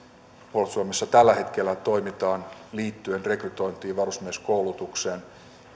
puolustusvoimissa tällä hetkellä toimitaan liittyen rekrytointiin ja varusmieskoulutukseen